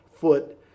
foot